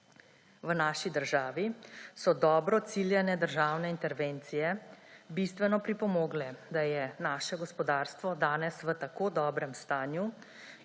V naši državi so dobro ciljane državne intervencije bistveno pripomogle, da je naše gospodarstvo danes v tako dobrem stanju